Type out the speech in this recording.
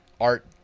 art